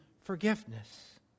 forgiveness